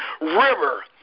river